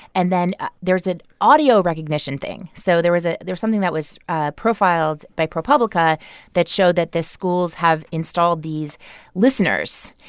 and then there's an audio recognition thing. so there was a there was something that was ah profiled by propublica that showed that the schools have installed these listeners,